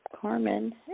Carmen